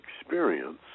experience